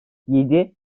yedi